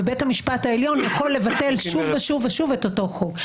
ובית המשפט העליון יכול לבטל שוב ושוב את אותו חוק?